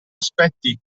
aspetti